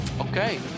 okay